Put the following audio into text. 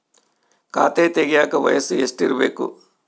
ಖಾತೆ ತೆಗೆಯಕ ವಯಸ್ಸು ಎಷ್ಟಿರಬೇಕು?